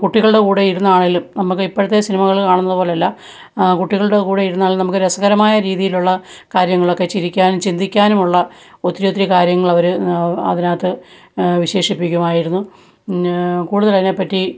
കുട്ടികളുടെ കൂടെ ഇരുന്നാണേലും നമ്മള്ക്ക് ഇപ്പോഴത്തെ സിനിമകള് കാണുന്നതുപോലെയല്ല കുട്ടികളുടെ കൂടെയിരുന്നാൽ നമുക്ക് രസകരമായ രീതിയിലുള്ള കാര്യങ്ങളൊക്കെ ചിരിക്കാനും ചിന്തിക്കാനുമുള്ള ഒത്തിരി ഒത്തിരി കാര്യങ്ങളവര് അതിനകത്ത് വിശേഷിപ്പിക്കുമായിരുന്നു കൂടുതൽ അതിനെപ്പറ്റി